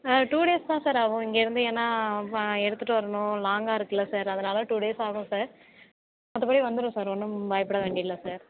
ஆ two days தான் sir ஆவும் இங்கேருந்து ஏன்னா எடுத்துட்டு வரனும் லாங்காக இருக்குல்ல சார் அதனால் டூ டேஸ் ஆகும் சார் மற்றபடி வந்துவிடும் சார் ஒன்றும் பயப்பட வேண்டி இல்லை சார்